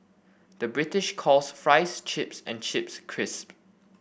the British calls fries chips and chips crisp